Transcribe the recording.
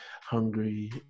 hungry